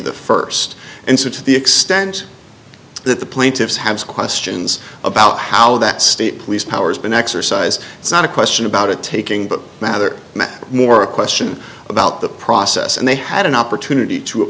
the first answer to the extent that the plaintiffs have questions about how that state police powers been exercised it's not a question about it taking but matter more a question about the process and they had an opportunity to